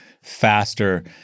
faster